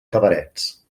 cabarets